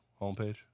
homepage